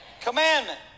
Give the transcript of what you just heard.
commandment